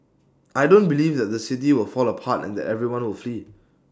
I don't believe that the city will fall apart and that everyone will flee